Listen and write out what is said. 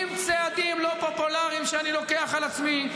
עם צעדים לא פופולריים שאני לוקח על עצמי.